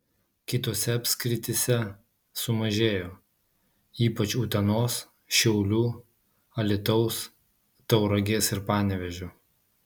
kitose apskrityse sumažėjo ypač utenos šiaulių alytaus tauragės ir panevėžio